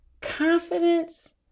Confidence